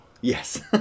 Yes